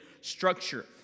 structure